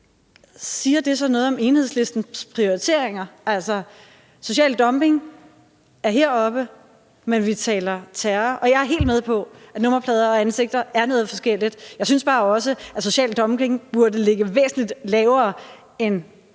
siger det så noget om Enhedslistens prioriteringer? Social dumping er en ting, og terror er noget andet, og jeg er helt med på, at nummerplader og ansigter er noget forskelligt, men jeg synes bare også, at social dumping burde ligge væsentlig lavere end